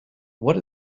what